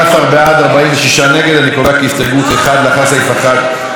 ההסתייגות (1) של קבוצת סיעת הרשימה המשותפת אחרי סעיף 1 לא